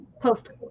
post